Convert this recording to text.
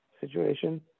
situation